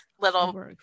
little